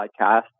podcast